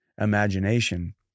imagination